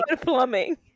Plumbing